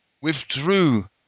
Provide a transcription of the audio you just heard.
withdrew